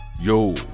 yo